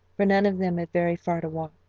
for none of them had very far to walk.